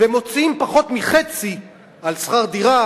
ומוציאים פחות מחצי על שכר דירה,